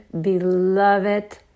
beloved